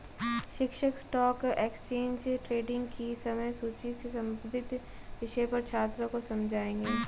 शिक्षक stock exchange trading की समय सूची से संबंधित विषय पर छात्रों को समझाएँगे